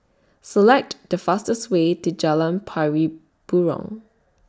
Select The fastest Way to Jalan Pari Burong